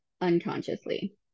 unconsciously